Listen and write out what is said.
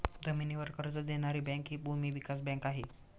जमिनीवर कर्ज देणारी बँक हि भूमी विकास बँक आहे